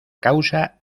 causa